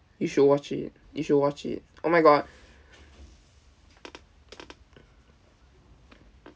you should watch it you should watch it oh my god